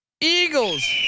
Eagles